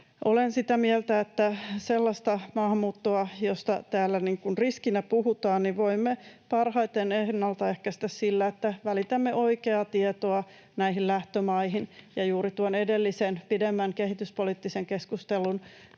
Olen sitä mieltä, että sellaista maahanmuuttoa, josta täällä riskinä puhutaan, voimme parhaiten ennaltaehkäistä sillä, että välitämme oikeaa tietoa näihin lähtömaihin. Ja juuri tuon edellisen pidemmän kehityspoliittisen keskustelun